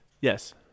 Yes